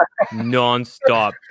nonstop